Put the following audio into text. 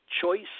choice